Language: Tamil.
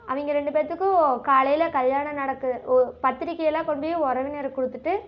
அவங்க ரெண்டு பேர்த்துக்கும் காலையில் கல்யாணம் நடக்கும் உ பத்திரிக்கையெல்லாம் கொண்டு போய் உறவினருக்கு கொடுத்துட்டு